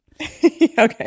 Okay